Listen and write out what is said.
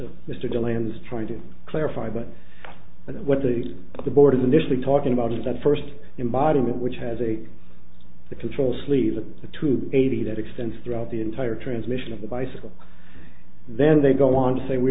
which mr deland is trying to clarify but i know what the the board is initially talking about is that first embodiment which has a the control sleeve of the two eighty that extends throughout the entire transmission of the bicycle then they go on to say we